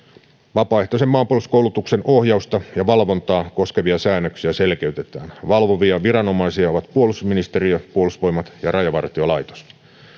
vapaaehtoisen maanpuolustuskoulutuksen ohjausta ja valvontaa koskevia säännöksiä selkeytetään valvovia viranomaisia ovat puolustusministeriö puolustusvoimat ja rajavartiolaitos